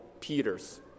Peter's